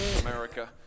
America